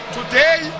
Today